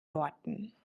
worten